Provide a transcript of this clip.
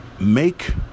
Make